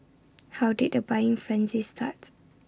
how did the buying frenzy starts